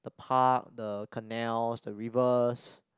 the park the canals the rivers